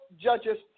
judges